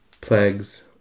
plagues